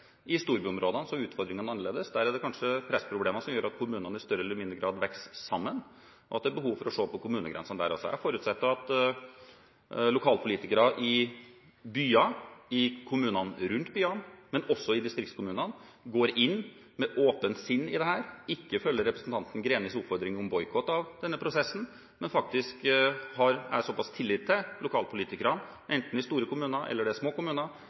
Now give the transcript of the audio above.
I storbyområdene er utfordringene annerledes. Der er det kanskje pressproblemer som gjør at kommunene i større eller mindre grad vokser sammen, og at det er behov for å se på kommunegrensene også der. Jeg forutsetter at lokalpolitikerne i byene, i kommunene rundt byene, men også i distriktskommunene går inn i dette med åpent sinn, og ikke følger representanten Grenis oppfordring om boikott av denne prosessen. Jeg har tillit til at lokalpolitikerne, enten i store kommuner eller i små kommuner,